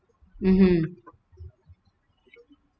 mmhmm